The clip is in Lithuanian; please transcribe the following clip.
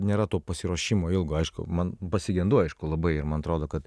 nėra to pasiruošimo ilgo aišku man pasigendu aišku labai ir man atrodo kad